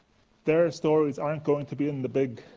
their stories aren't going to be in the big,